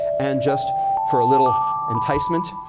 and just for a little enticement,